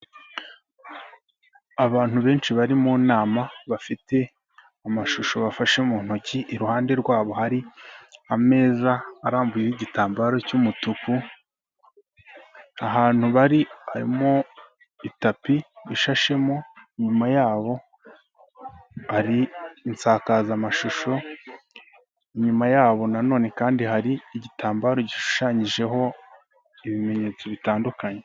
Abantu benshi bari mu nama bafite amashusho bafashe mu ntoki, iruhande rwabo hari ameza arambuyeho igitambaro cy'umutuku, ahantu bari harimo itapi ishashemo, inyuma yabo hari insakazamashusho, inyuma yabo na none kandi hari igitambaro gishushanyijeho ibimenyetso bitandukanye.